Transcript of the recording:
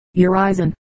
Horizon